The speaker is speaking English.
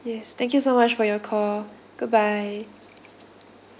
yes thank you so much for your call goodbye